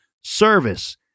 service